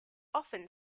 often